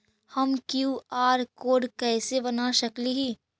हम QR code कैसे बना सकली ही?